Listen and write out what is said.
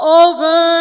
over